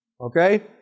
Okay